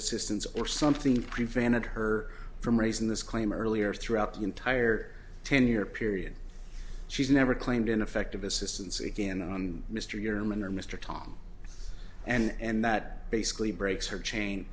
assistance or something prevented her from raising this claim earlier throughout the entire ten year period she's never claimed ineffective assistance again on mr you're a minor mr tom and that basically breaks her cha